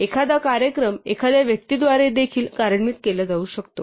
एखादा कार्यक्रम एखाद्या व्यक्तीद्वारे देखील कार्यान्वित केला जाऊ शकतो